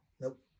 Nope